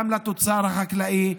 גם לתוצר החקלאי,